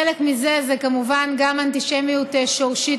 חלק מזה זה כמובן גם אנטישמיות שורשית